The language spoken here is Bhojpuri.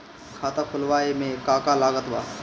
खाता खुलावे मे का का लागत बा?